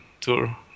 tour